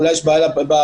אולי יש בעיה בפרקליטות,